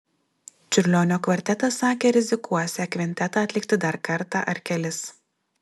čiurlionio kvartetas sakė rizikuosią kvintetą atlikti dar kartą ar kelis